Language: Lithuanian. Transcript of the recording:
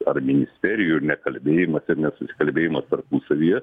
ar ministerijų ir nekalbėjimas ir nesusikalbėjimas tarpusavyje